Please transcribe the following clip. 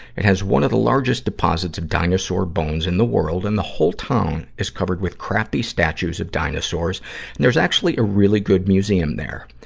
it has one of the largest deposits of dinosaur bones in the world and the whole town is covered with crappy statues of dinosaurs, and there's actually a really good museum there.